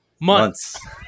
months